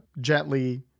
gently